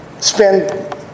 spend